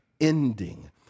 ending